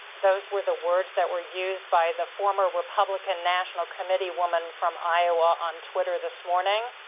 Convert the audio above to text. those were the words that were used by the former republican national committee woman from iowa on twitter this morning,